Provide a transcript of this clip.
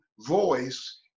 voice